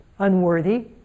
unworthy